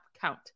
count